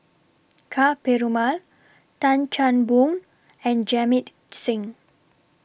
Ka Perumal Tan Chan Boon and Jamit Singh